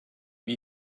wie